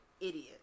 idiot